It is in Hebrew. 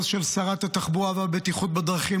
לא של שרת התחבורה והבטיחות בדרכים,